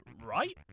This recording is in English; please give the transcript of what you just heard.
right